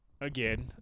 again